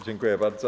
Dziękuję bardzo.